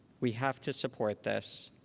we have to support this.